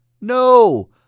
No